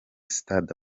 stade